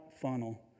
funnel